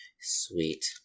Sweet